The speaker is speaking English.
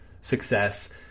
success